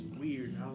weird